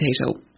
potato